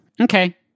Okay